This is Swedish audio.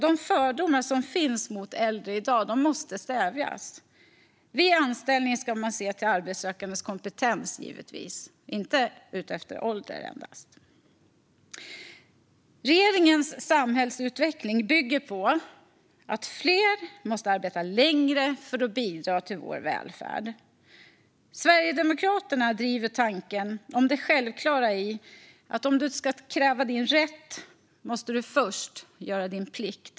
De fördomar som finns mot äldre i dag måste stävjas. Vid anställning ska man givetvis se till de arbetssökandes kompetens, inte endast deras ålder. Regeringens samhällsutveckling bygger på att fler måste arbeta längre för att bidra till vår välfärd. Sverigedemokraterna driver tanken om det självklara i att om du ska kräva din rätt måste du först göra din plikt.